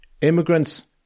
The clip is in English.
immigrants